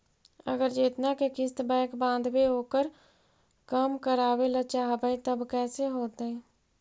अगर जेतना के किस्त बैक बाँधबे ओकर कम करावे ल चाहबै तब कैसे होतै?